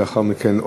ולאחר מכן,